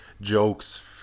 jokes